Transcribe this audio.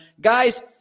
Guys